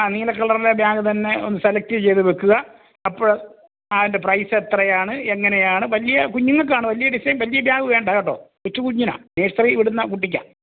അ നീല കളറിലെ ബ്യാഗ് തന്നെ ഒന്ന് സെലക്ട് ചെയ്ത് വെക്കുക അപ്പം അതിൻ്റെ പ്രൈസ് എത്രയാണ് എങ്ങനെയാണ് വലിയ കുഞ്ഞുങ്ങൾക്ക് ആണ് വലിയ ഡിസൈൻ വലിയ ബ്യാഗ് വേണ്ട കേട്ടോ കൊച്ചു കുഞ്ഞിനാ നഴ്സറി വിടുന്ന കുട്ടിക്കാ